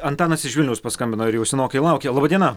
antanas iš vilniaus paskambino ir jau senokai laukia laba diena